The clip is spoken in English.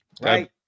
Right